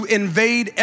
invade